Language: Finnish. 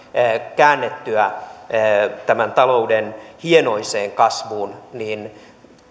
käännettyä talouden hienoiseen kasvuun niin